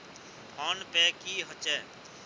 Phone पै की होचे?